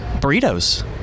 Burritos